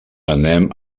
anem